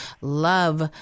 love